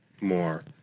more